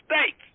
States